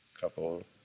couple